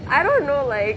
I don't know like